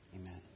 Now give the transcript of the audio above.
Amen